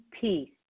peace